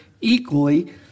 equally